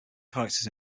characters